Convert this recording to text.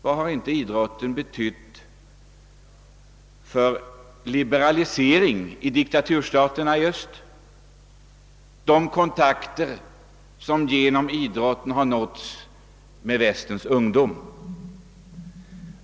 Vad har inte idrotten betytt för liberalisering i diktaturstaterna i öst tack vare de kontakter som genom idrotten har nåtts med västerns ungdom?